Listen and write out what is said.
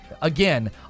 again